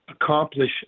accomplish